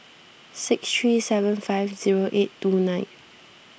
six three seven five zero eight two nine